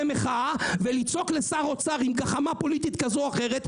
מחאה ולצעוק לשר אוצר עם גחמה פוליטית כזו או אחרת,